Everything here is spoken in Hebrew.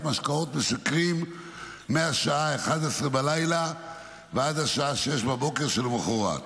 משקאות משכרים מהשעה 23:00 ועד השעה 06:00 למחרת,